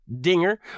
Dinger